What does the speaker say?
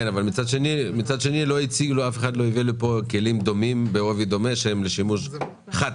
מצד שני אף אחד לא הביא לכאן כלים בעובי דומה שהם לשימוש חד-פעמי.